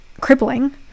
crippling